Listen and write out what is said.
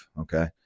okay